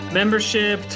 membership